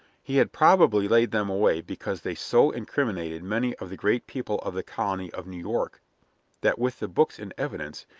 he had probably laid them away because they so incriminated many of the great people of the colony of new york that, with the books in evidence,